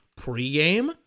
pregame